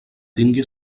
tingui